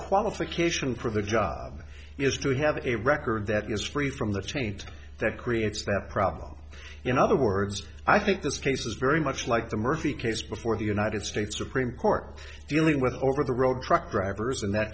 qualification for the job is to have a record that is free from the chains that creates that problem in other words i think this case is very much like the murphy case before the united states supreme court dealing with over the road truck drivers in that